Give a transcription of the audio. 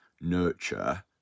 nurture